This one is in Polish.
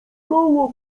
koło